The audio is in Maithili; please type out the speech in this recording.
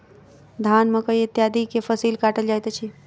धान, मकई इत्यादि के फसिल काटल जाइत अछि